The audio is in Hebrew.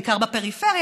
בעיקר בפריפריה,